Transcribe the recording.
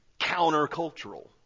countercultural